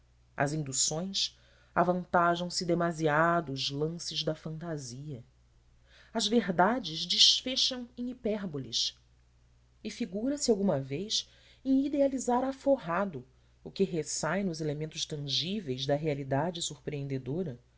às induções avantajam se demasiado os lances da fantasia as verdades desfecham em hipérboles e figura se alguma vez em idealizar aforrado o que ressai nos elementos tangíveis da realidade surpreendedora